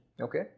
Okay